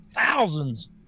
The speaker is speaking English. thousands